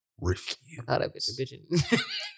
Refuse